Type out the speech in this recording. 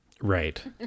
Right